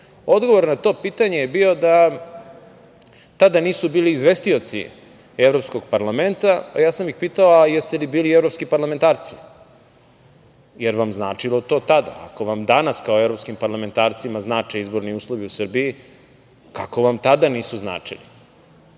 mrak. Odgovor na to pitanje je bio da tada nisu bili izvestioci Evropskog parlamenta, a ja sam ih pitao - jeste li bili evropski parlamentarci, jel vam značilo to tada? Ako vam danas kao evropskim parlamentarcima znače izborni uslovi u Srbiji, kako vam tada nisu značili?